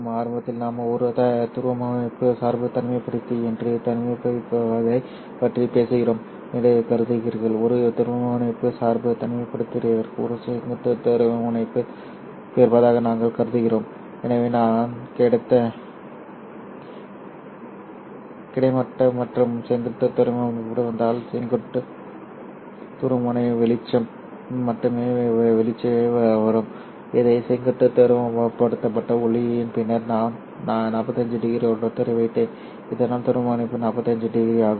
ஆரம்பத்தில் நாம் ஒரு துருவமுனைப்பு சார்பு தனிமைப்படுத்தி என்று அழைக்கப்படுவதைப் பற்றி பேசுகிறோம் என்று கருதுகிறீர்கள் ஒரு துருவமுனைப்பு சார்பு தனிமைப்படுத்திக்கு ஒரு செங்குத்து துருவமுனைப்பு இருப்பதாக நாங்கள் கருதுகிறோம் எனவே நான் கிடைமட்ட மற்றும் செங்குத்து துருவமுனைப்புடன் வந்தால் செங்குத்து துருவமுனை வெளிச்சம் மட்டுமே வெளியே வரும் இந்த செங்குத்து துருவப்படுத்தப்பட்ட ஒளியின் பின்னர் நான் 45 டிகிரி ரோட்டேட்டரை வைத்தேன் இதனால் துருவமுனைப்பு 45 டிகிரி ஆகும்